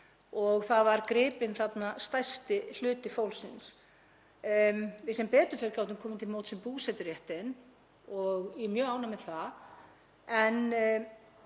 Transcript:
og það var gripinn þarna stærsti hluti fólksins. Við gátum sem betur fer komið til móts við búseturéttinn og ég er mjög ánægð með það.